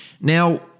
Now